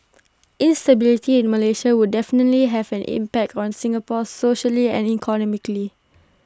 instability in Malaysia would definitely have an impact on Singapore socially and economically